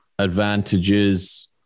advantages